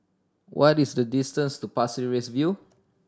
what is the distance to Pasir Ris View